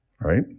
right